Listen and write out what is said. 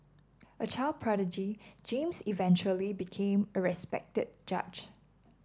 a child prodigy James eventually became a respected judge